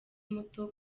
muto